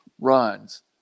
runs